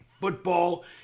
football